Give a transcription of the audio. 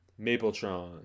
Mapletron